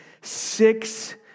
six